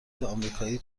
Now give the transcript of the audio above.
امریکایی